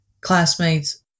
classmates